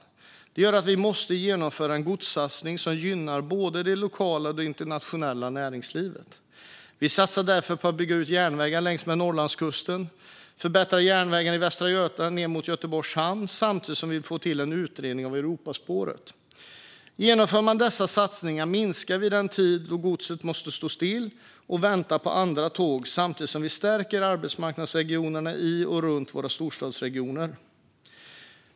Detta gör att vi måste genomföra en godssatsning som gynnar både det lokala och det internationella näringslivet. Vi satsar därför på att bygga ut järnvägen längs med Norrlandskusten och förbättra järnvägen i Västra Götaland ned mot Göteborgs hamn, samtidigt som vi vill få till en utredning av Europaspåret. Genomför vi dessa satsningar minskar vi den tid då godståg måste stå stilla och vänta på andra tåg, samtidigt som vi stärker arbetsmarknadsregionerna i och runt våra storstadsregioner.